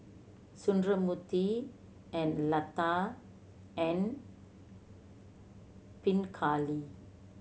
Sundramoorthy and Lata and Pingali